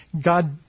God